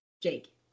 Jake